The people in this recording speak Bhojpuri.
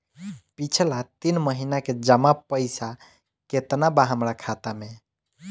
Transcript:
पिछला तीन महीना के जमा पैसा केतना बा हमरा खाता मे?